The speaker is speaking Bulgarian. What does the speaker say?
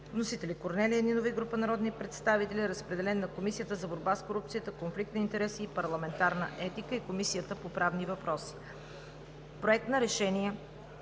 Вносители са Корнелия Нинова и група народни представители. Разпределен е на Комисията за борба с корупцията, конфликт на интереси и парламентарна етика и на Комисията по правни въпроси. Законопроект за изменение